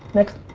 next.